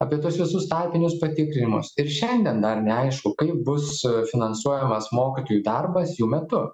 apie tuos visus tarpinius patikrinimus ir šiandien dar neaišku kaip bus finansuojamas mokytojų darbas jų metu